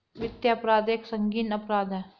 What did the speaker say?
वित्तीय अपराध एक संगीन अपराध है